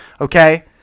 Okay